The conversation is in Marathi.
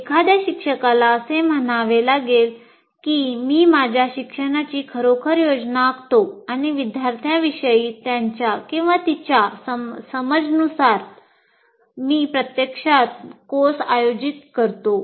एखाद्या शिक्षकाला असे म्हणावे लागेल की मी माझ्या शिक्षणाची खरोखर योजना आखतो आणि विद्यार्थ्यांविषयीच्या त्याच्यातिच्या समजनुसार मी प्रत्यक्षात कोर्स आयोजित करतो